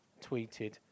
tweeted